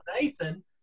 Nathan